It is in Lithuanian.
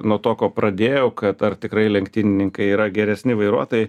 nuo to ko pradėjau kad ar tikrai lenktynininkai yra geresni vairuotojai